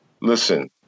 Listen